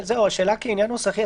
כעניין נוסחי,